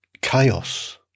chaos